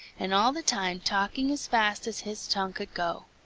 and all the time talking as fast as his tongue could go.